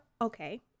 Okay